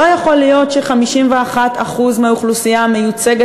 לא יכול להיות ש-51% מהאוכלוסייה מיוצגים